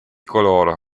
coloro